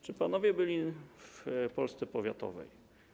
Czy panowie byli w Polsce powiatowej?